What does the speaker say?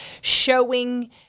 showing